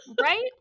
right